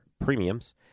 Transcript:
premiums